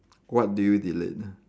what do you delete